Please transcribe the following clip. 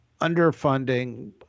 underfunding